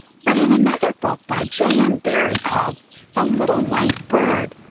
but in another book by j. m. barrie called the little white bird,